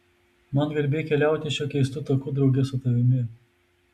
man garbė keliauti šiuo keistu taku drauge su tavimi